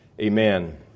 Amen